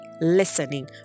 listening